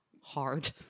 hard